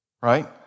Right